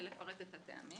ולפרט את הטעמים